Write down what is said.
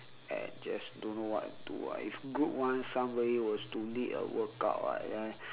and just don't know what to do ah if group one somebody was to lead a workout [what] then